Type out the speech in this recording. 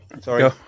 Sorry